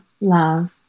love